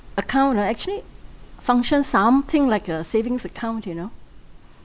account right actually function something like a savings account you know